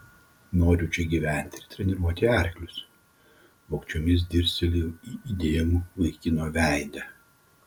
noriu čia gyventi ir treniruoti arklius vogčiomis dirstelėjau į įdėmų vaikino veidą